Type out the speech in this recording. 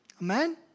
Amen